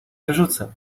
wyrzucę